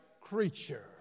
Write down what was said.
creature